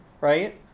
right